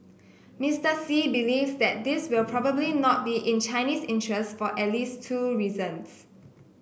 Mister Xi believes that this will probably not be in Chinese interests for at least two reasons